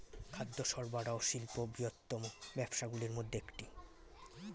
খাদ্য সরবরাহ শিল্প বৃহত্তম ব্যবসাগুলির মধ্যে একটি